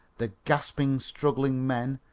the gasping, struggling men,